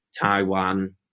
Taiwan